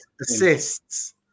assists